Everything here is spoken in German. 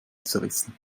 zerrissen